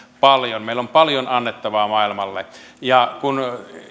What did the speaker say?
paljon meillä on paljon annettavaa maailmalle ja kun